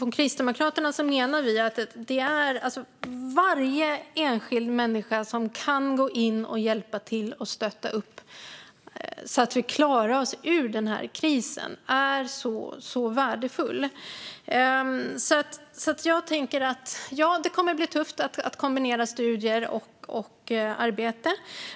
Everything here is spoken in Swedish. Från Kristdemokraterna menar vi att varje enskild människa som kan gå in och hjälpa till och stötta upp så att vi klarar oss ur den här krisen är så värdefull. Visst kommer det att bli tufft att kombinera studier och arbete.